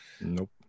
Nope